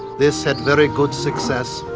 this had very good success,